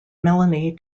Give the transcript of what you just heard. melanie